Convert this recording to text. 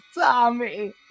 tommy